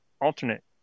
alternate